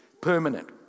permanent